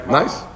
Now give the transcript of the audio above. nice